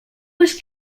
was